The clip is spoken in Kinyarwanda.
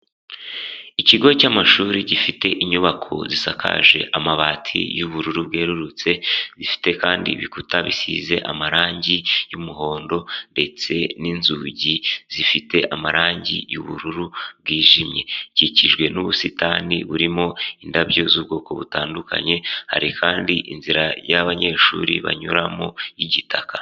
Ikigo cy'amashuri gifite inyubako zisakaje amabati y'ubururu bwerurutse, ifite kandi ibikuta bisize amarangi y'umuhondo ndetse n'inzugi zifite amarangi y'ubururu bwijimye, ikikijwe n'ubusitani burimo indabyo z'ubwoko butandukanye, hari kandi inzira y'abanyeshuri banyuramo y'igitaka.